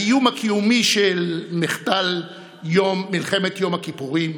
האיום הקיומי של מחדל מלחמת יום הכיפורים,